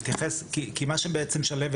כי מה שבעצם שלהבת,